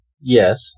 yes